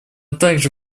также